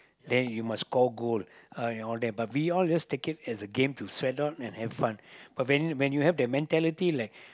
then you must score goal and all that but we all just take it as a game to sweat out and have fun but when when you have the mentality like